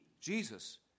Jesus